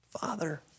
Father